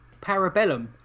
Parabellum